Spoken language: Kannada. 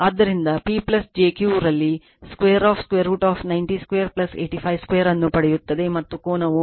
ಆದ್ದರಿಂದ P j Q ರಲ್ಲಿ 2√ 90 2 85 2 ಅನ್ನು ಪಡೆಯುತ್ತದೆ ಮತ್ತು ಕೋನವು 43